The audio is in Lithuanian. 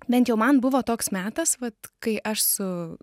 bent jau man buvo toks metas vat kai aš su